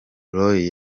roy